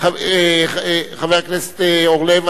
חבר הכנסת אורלב,